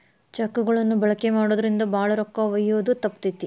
check ಗಳನ್ನ ಬಳಕೆ ಮಾಡೋದ್ರಿಂದ ಭಾಳ ರೊಕ್ಕ ಒಯ್ಯೋದ ತಪ್ತತಿ